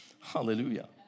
Hallelujah